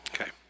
Okay